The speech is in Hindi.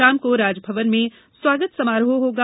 शाम को राजमवन में स्वागत समारोह होगा